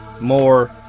more